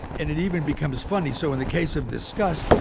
and it even becomes funny. so in the case of disgust,